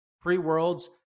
pre-Worlds